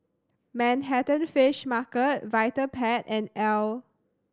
Manhattan Fish Market Vitapet and Elle